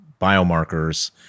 biomarkers